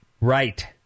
Right